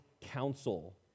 counsel